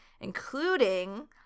including